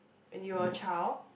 and your child